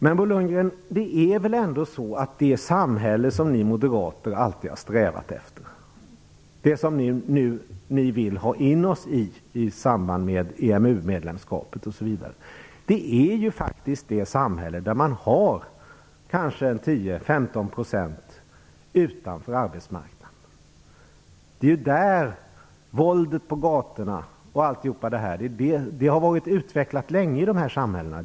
Men det är väl ändå så att det samhälle som ni moderater alltid har strävat efter och som ni nu i samband med EMU-medlemskapet osv. vill ha in oss i, faktiskt är ett samhälle där kanske 10 15 % står utanför arbetsmarknaden. Våldet på gatorna och sådana saker har länge varit utvecklade i den här typen av samhälle.